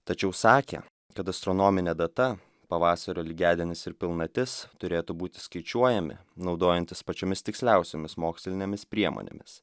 tačiau sakė kad astronominė data pavasario lygiadienis ir pilnatis turėtų būti skaičiuojami naudojantis pačiomis tiksliausiomis mokslinėmis priemonėmis